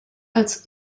als